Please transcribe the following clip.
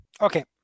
Okay